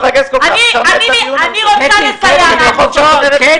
את לא צריכה להתרגז כל כך --- העברנו את החוק לפני שנה.